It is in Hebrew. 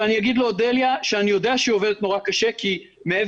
ואני אגיד לאודליה שאני יודע שהיא עובדת נורא קשה כי מעבר